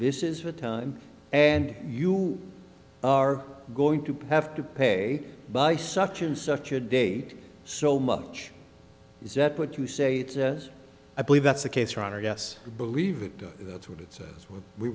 this is the time and you are going to have to pay by such and such a date so much is that what you say it is i believe that's the case your honor yes believe it that's what it says w